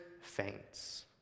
faints